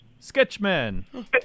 Sketchman